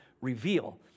reveal